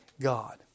God